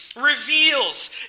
reveals